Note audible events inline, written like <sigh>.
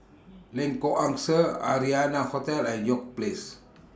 <noise> Lengkok Angsa Arianna Hotel and York Place